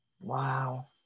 Wow